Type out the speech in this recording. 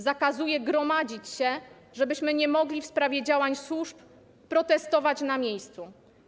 Zakazuje gromadzenia się, żebyśmy nie mogli w sprawie działań służb protestować na miejscu.